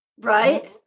Right